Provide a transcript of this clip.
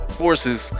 forces